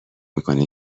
میکنه